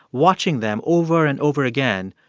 watching them over and over again,